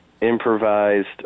improvised